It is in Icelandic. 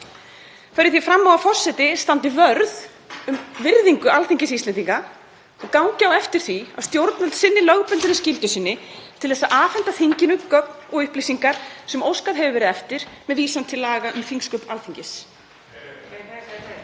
Fer ég því fram á að forseti standi vörð um virðingu Alþingis Íslendinga og gangi eftir því að stjórnvöld sinni lögbundinni skyldu sinni til að afhenda þinginu gögn og upplýsingar sem óskað hefur verið eftir með vísan til laga um þingsköp Alþingis.